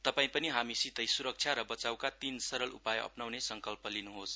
तपाई पनि हामीसितै सुरक्षा र बचाइका तीन सरल उपाय अप्नाउने संकल्प गर्नुहोस्